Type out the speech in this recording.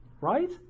Right